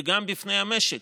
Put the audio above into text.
וגם בפני המשק,